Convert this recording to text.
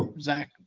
Zach